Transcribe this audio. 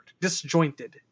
disjointed